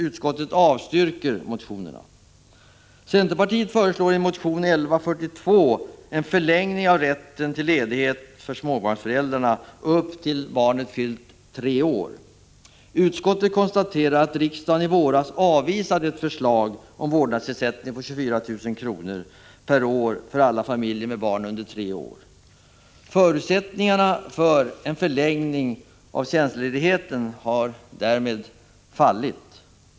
Utskottet konstaterar att riksdagen i våras avvisade ett förslag om vårdnadsersättning med 24 000 kr. per år för alla familjer med barn under tre år. Förutsättningarna för förlängningen av tjänstledigheten har därmed fallit.